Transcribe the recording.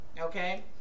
okay